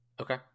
Okay